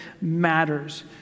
matters